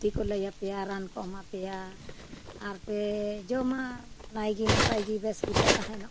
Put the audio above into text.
ᱵᱩᱫᱽᱫᱷᱤ ᱠᱚ ᱞᱟᱹᱭᱟᱯᱮᱭᱟ ᱨᱟᱱ ᱠᱚ ᱮᱢᱟ ᱯᱮᱭᱟ ᱟᱨ ᱯᱮ ᱡᱚᱢᱟ ᱱᱟᱭᱜᱮ ᱱᱟᱯᱟᱭ ᱜᱮ ᱵᱮᱥ ᱜᱮᱯᱮ ᱛᱟᱦᱮᱱᱚᱜᱼᱟ